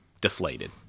Deflated